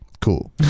Cool